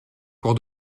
pour